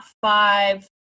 five